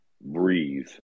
breathe